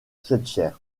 schweitzer